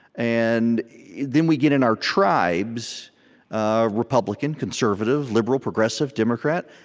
and then we get in our tribes ah republican, conservative, liberal, progressive, democrat.